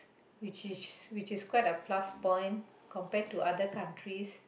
which is which is quite a plus point compared to other countries